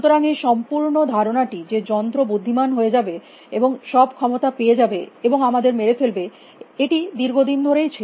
সুতরাং এই সম্পূর্ণ ধারণাটি যে যন্ত্র বুদ্ধিমান হয়ে যাবে এবং সব ক্ষমতা পেয়ে যাবে এবং আমাদের মেরে ফেলবে এটি দীর্ঘ দিন ধরেই ছিল